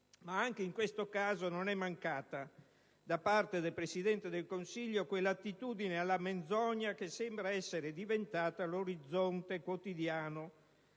Anche in questo caso però non è mancata da parte del Presidente del Consiglio quella attitudine alla menzogna che sembra essere diventata l'orizzonte quotidiano